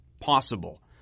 possible